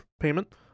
payment